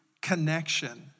connection